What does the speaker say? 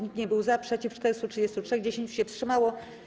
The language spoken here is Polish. Nikt nie był za, przeciw - 433, 10 się wstrzymało.